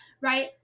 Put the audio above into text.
right